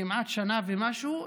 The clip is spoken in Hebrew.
כמעט שנה ומשהו,